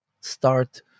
start